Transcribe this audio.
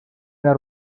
una